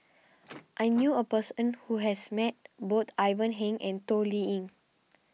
I knew a person who has met both Ivan Heng and Toh Liying